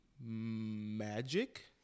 Magic